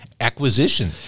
acquisition